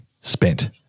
spent